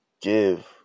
give